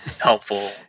helpful